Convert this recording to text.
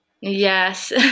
yes